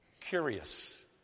curious